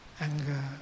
anger